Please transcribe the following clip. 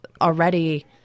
already